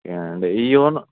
yeah అండి YONO